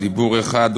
או דיבור אחד,